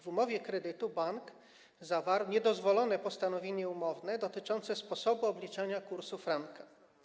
W umowie kredytu bank zawarł niedozwolone postanowienie umowne dotyczące sposobu obliczania kursu franka.